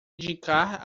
indicar